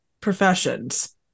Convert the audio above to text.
professions